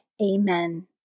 Amen